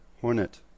hornet